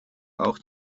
auch